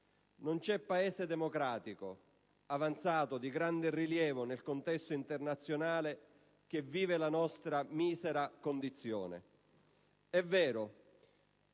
Non c'è Paese democratico, avanzato, di grande rilievo nel contesto internazionale che vive la nostra misera condizione. È vero,